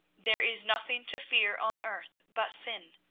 there is nothing to fear on earth but sin.